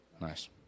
nice